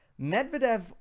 Medvedev